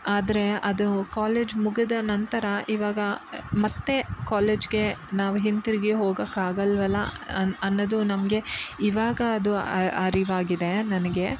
ಆದರೆ ಅದು ಕಾಲೇಜ್ ಮುಗಿದ ನಂತರ ಇವಾಗ ಮತ್ತು ಕಾಲೇಜ್ಗೆ ನಾವು ಹಿಂತಿರುಗಿ ಹೋಗೋಕ್ಕಾಗಲ್ವಲ್ಲ ಅನ್ ಅನ್ನೋದು ನಮಗೆ ಇವಾಗ ಅದು ಅರಿವಾಗಿದೆ ನನಗೆ